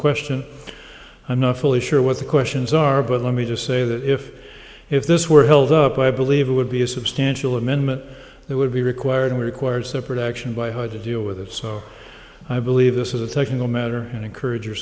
question i'm not fully sure what the questions are but let me just say that if if this were held up i believe it would be a substantial amendment that would be required and requires separate action by how to deal with it so i believe this is a technical matter and encourage